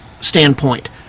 standpoint